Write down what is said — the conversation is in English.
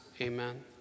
Amen